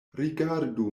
rigardu